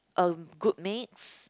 uh group mates